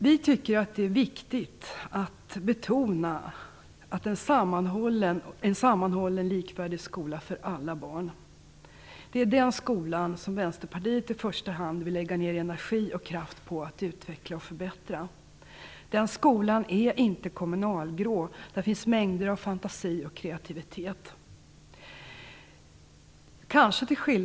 Vi tycker att det är viktigt med en sammanhållen likvärdig skola för alla barn. Det är den skolan Vänsterpartiet i första hand vill lägga ner energi och kraft på att utveckla och förbättra. Den skolan är inte kommunalgrå. Där finns mängder av fantasi och kreativitet.